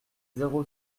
zéro